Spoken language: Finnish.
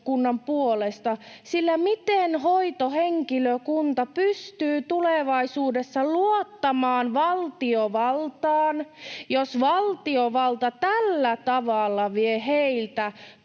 sillä miten hoitohenkilökunta pystyy tulevaisuudessa luottamaan valtiovaltaan, jos valtiovalta tällä tavalla vie heiltä